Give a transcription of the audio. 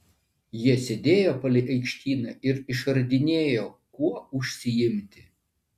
jie sėdėjo palei aikštyną ir išradinėjo kuo užsiimti